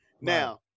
Now